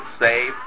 save